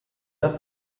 das